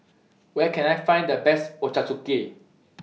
Where Can I Find The Best Ochazuke